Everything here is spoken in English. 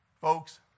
Folks